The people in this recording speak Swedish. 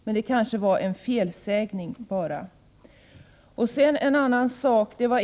Men det var kanske bara en felsägning från Martin Olssons sida.